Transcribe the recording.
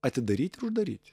atidaryti ir uždaryti